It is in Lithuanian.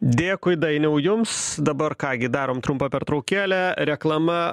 dėkui dainiau jums dabar ką gi darom trumpą pertraukėlę reklama